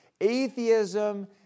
Atheism